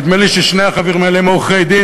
נדמה לי ששני החברים האלה הם עורכי-דין,